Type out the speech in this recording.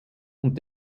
und